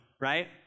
right